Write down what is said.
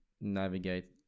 navigate